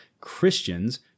Christians